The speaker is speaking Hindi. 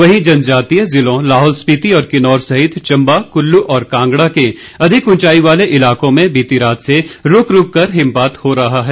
वहीं जनजातीय जिलों लाहौल स्पीति और किन्नौर सहित चंबा कुल्लू और कांगड़ा के अधिक उंचाई वाले इलाकों में बीती रात से रूक रूक कर हिमपात हो रहा है